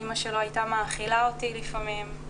אמא שלו הייתה מאכילה אותי לפעמים,